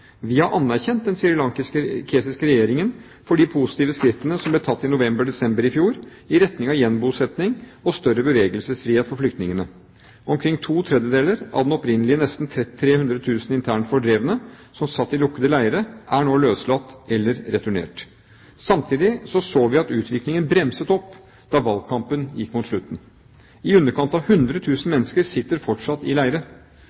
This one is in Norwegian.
Vi har anerkjent den srilankiske regjeringen for de positive skrittene som ble tatt i november–desember i fjor i retning av gjenbosetting og større bevegelsesfrihet for flyktningene. Omkring to tredjedeler av de opprinnelig nesten 300 000 internt fordrevne som satt i lukkede leirer, er nå løslatt eller returnert. Samtidig så vi at utviklingen bremset opp da valgkampen gikk mot slutten. I underkant av 100 000 mennesker sitter fortsatt i